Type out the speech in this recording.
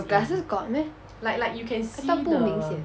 your glasses got meh I thought 不明显